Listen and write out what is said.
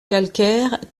calcaire